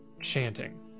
chanting